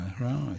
right